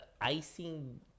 Icing